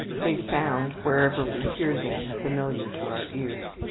they sound, wherever we hear them, familiar to our ears.